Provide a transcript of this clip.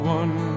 one